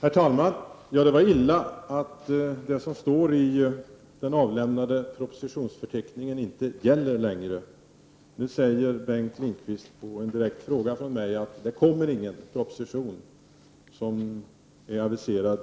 Herr talman! Det var illa att det som står i den avlämnade propositionsförteckningen inte längre gäller. Nu sade Bengt Lindqvist på en direkt fråga från mig att den proposition som aviserades